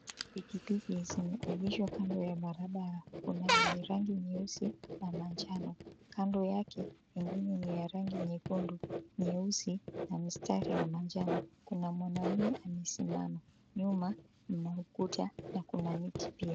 Pikipiki zimeegeshwa kando ya barabara kuna yenye rangi nyeusi na manjano. Kando yake nyingine yenye rangi nyekundu, nyeusi na mstari wa manjano kuna mwanaume amesimama. Nyuma mna ukuta na kuna miti pia.